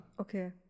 Okay